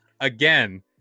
again